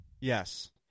Yes